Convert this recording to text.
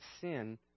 sin